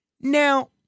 Now